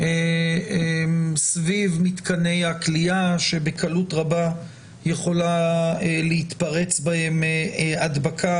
סביב מתקני הכליאה שבקלות רבה יכולה להתפרץ בהם הדבקה,